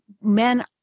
Men